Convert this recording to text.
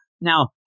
Now